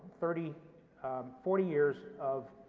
forty forty years of